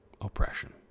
oppression